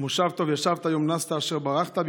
מושב טוב ישבת / יום נסת / יום אשר ברחת /